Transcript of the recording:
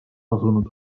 tasunud